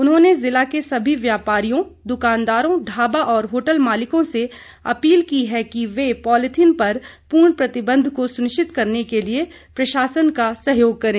उन्होंने ज़िला के सभी व्यापारियों दुकानदारों ढाबा और होटल मालिकों से अपील की है कि वे पॉलीथीन पर पूर्ण प्रतिबंध को सुनिश्चित करने के लिए प्रशासन का सहयोग करें